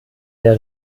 der